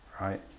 right